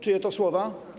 Czyje to słowa?